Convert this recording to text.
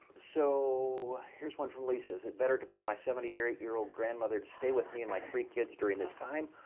so here's one from lisa. is it better to bring my seventy eight year old grandmother to stay with me and my three kids during this time,